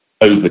over